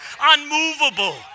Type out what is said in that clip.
unmovable